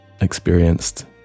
experienced